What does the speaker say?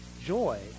joy